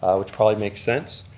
which probably makes sense.